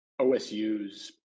OSU's